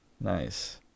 Nice